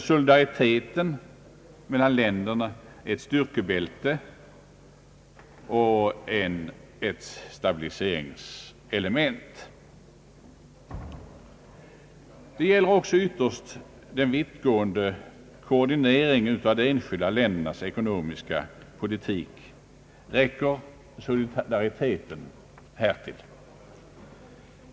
Solidariteten mellan länderna är ett styrkebälte och ett stabiliseringselement. Det gäller också ytterst en vittgående koordinering av de enskilda ländernas ekonomiska politik. Räcker solidariteten härtill?